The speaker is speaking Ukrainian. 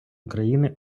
україни